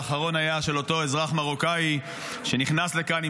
האחרון היה של אותו אזרח מרוקאי שנכנס לכאן עם